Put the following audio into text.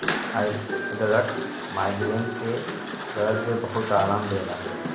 अदरक माइग्रेन के दरद में बहुते आराम देला